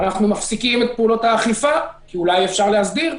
אנחנו מפסיקים את פעולות האכיפה כי אולי אפשר להסדיר.